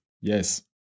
Yes